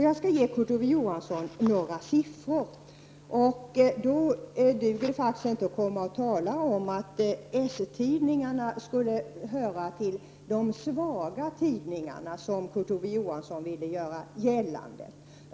Jag skall ge Kurt Ove Johansson några siffror som visar att det inte duger att komma och tala om att s-tidningarna skulle höra till de svaga tidningarna, som Kurt Ove Johansson ville göra gällande.